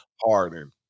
Harden